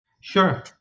Sure